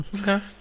Okay